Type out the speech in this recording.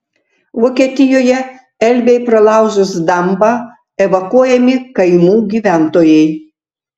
vokietijoje elbei pralaužus dambą evakuojami kaimų gyventojai